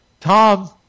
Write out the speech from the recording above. Tom